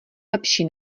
lepší